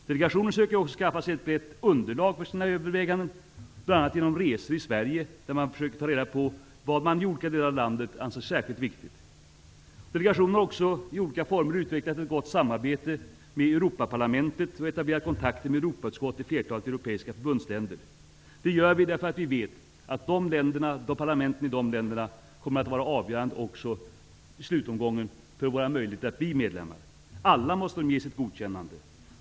Delegationen söker också skaffa sig ett brett underlag för sina överväganden och har bl.a. genom resor i Sverige försökt informera sig om vad man i olika delar av landet anser vara särskilt väsentligt. Delegationen har vidare i olika former utvecklat ett gott samarbete med Europaparlamentet och etablerat kontakter med Europautskott i flertalet europeiska förbundsländer. Vi gör detta därför att vi vet att parlamenten i de länderna i slutomgången kommer att vara avgörande för Sveriges möjligheter att bli medlem. Alla måste ge sitt godkännande.